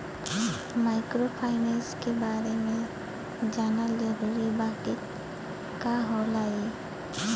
Microfinance के बारे में जानल जरूरी बा की का होला ई?